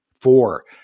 four